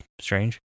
strange